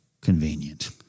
convenient